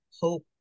Hope